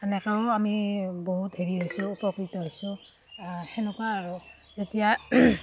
সেনেকৈও আমি বহুত হেৰি হৈছোঁ উপকৃত হৈছোঁ সেনেকুৱা আৰু যেতিয়া